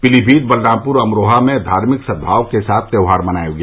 पीलीभीत बलरामपुर अमरोहा में धार्मिक सद्भाव के साथ त्योहार मनाया गया